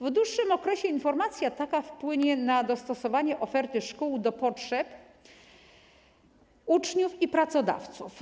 W dłuższym okresie informacja taka wpłynie na dostosowanie oferty szkół do potrzeb uczniów i pracodawców.